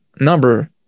number